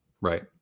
Right